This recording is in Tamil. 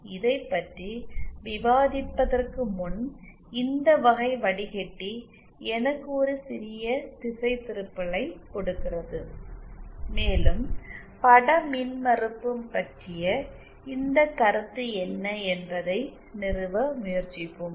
இதைப் பற்றி விவாதிப்பதற்கு முன் இந்த வகை வடிகட்டி எனக்கு ஒரு சிறிய திசைதிருப்பலை கொடுக்கிறது மேலும் பட மின்மறுப்பு பற்றிய இந்த கருத்து என்ன என்பதை நிறுவ முயற்சிப்போம்